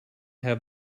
have